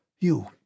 You